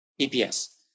EPS